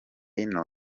ino